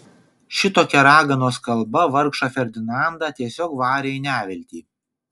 šitokia raganos kalba vargšą ferdinandą tiesiog varė į neviltį